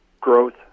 growth